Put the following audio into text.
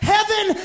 Heaven